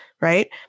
right